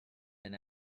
been